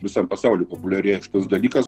visam pasauly populiarėja šitas dalykas